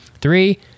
Three